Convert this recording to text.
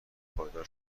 پایدار